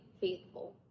faithful